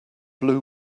blue